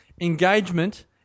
engagement